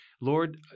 Lord